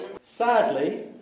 Sadly